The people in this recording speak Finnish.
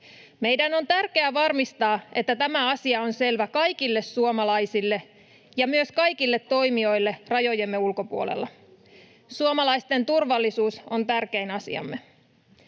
Meidän on tärkeää varmistaa, että tämä asia on selvä kaikille suomalaisille ja myös kaikille toimijoille rajojemme ulkopuolella. Suomalaisten turvallisuus on tärkein asiamme.